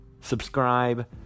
Subscribe